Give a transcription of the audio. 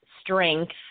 strength